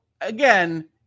again